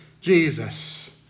Jesus